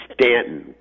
Stanton